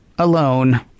Alone